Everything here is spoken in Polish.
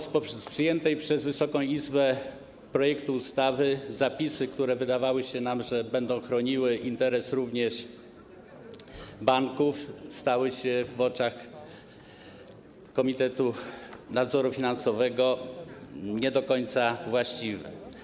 Zapisy w przyjętym przez Wysoką Izbę projekcie ustawy, co do których wydawało się nam, że będą chroniły interes również banków, stały się w oczach komitetu nadzoru finansowego nie do końca właściwe.